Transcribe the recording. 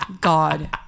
God